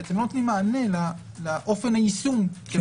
ואתם לא נותנים מענה לאופן היישום.